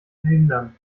verhindern